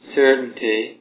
certainty